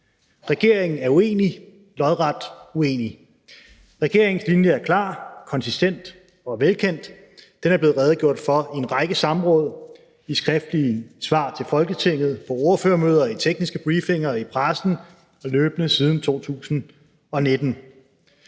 Regeringen er uenig, lodret uenig. Regeringens linje er klar, konsistent og velkendt. Den er blevet redegjort for i en række samråd, i skriftlige svar til Folketinget, på ordførermøder, i tekniske briefinger og i pressen løbende siden 2019.